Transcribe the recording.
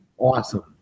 Awesome